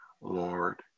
Lord